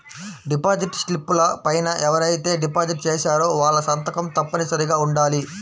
deposit స్లిపుల పైన ఎవరైతే డిపాజిట్ చేశారో వాళ్ళ సంతకం తప్పనిసరిగా ఉండాలి